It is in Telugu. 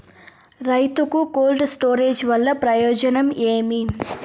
రైతుకు కోల్డ్ స్టోరేజ్ వల్ల ప్రయోజనం ఏమి?